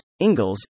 Ingalls